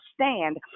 stand